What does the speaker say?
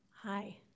Hi